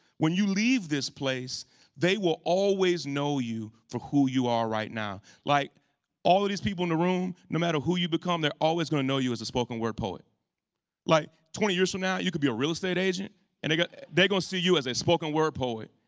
when you leave this place they will always know you for who you are right now. like all of these people in the room, no matter who you become they're always going to know you as a spoken word poet like twenty years from so now, you could be a real estate agent and they're going to see you as a spoken word poet.